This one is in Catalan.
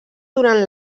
durant